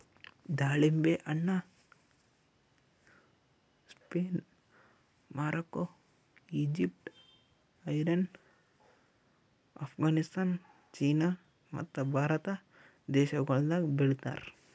ದಾಳಿಂಬೆ ಹಣ್ಣ Spain, Morocco, Egypt, Iran, Afghanistan, China ಮತ್ತ ಭಾರತ ದೇಶಗೊಳ್ದಾಗ್ ಬೆಳಿತಾರ್